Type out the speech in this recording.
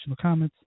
comments